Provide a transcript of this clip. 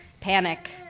panic